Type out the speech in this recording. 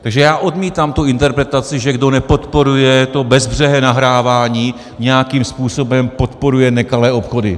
Takže já odmítám interpretaci, že kdo nepodporuje bezbřehé nahrávání, nějakým způsobem podporuje nekalé obchody.